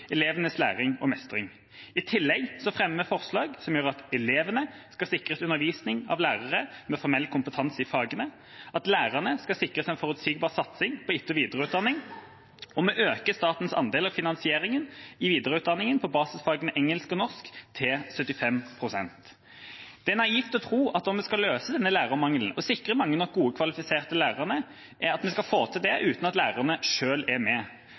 elevenes læring og mestring. I tillegg fremmer vi forslag som gjør at elevene skal sikres undervisning av lærere med formell kompetanse i fagene, at lærerne skal sikres en forutsigbar satsing på etter- og videreutdanning, og vi øker statens andel av finansieringen i videreutdanningen på basisfagene engelsk og norsk til 75 pst. Det er naivt å tro at vi skal få til å løse denne lærermangelen og sikre mange nok gode, kvalifiserte lærere uten at lærerne selv er med.